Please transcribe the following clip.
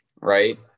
right